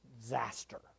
disaster